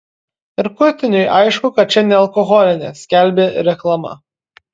ir kurtiniui aišku kad čia nealkoholinė skelbė reklama